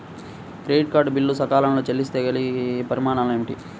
Credit card bill సకాలంలో చెల్లిస్తే కలిగే పరిణామాలేమిటి?